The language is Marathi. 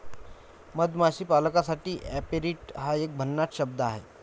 मधमाशी पालकासाठी ऍपेरिट हा एक भन्नाट शब्द आहे